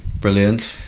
Brilliant